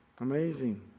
Amazing